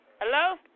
Hello